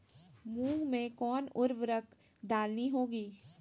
मूंग में कौन उर्वरक डालनी होगी?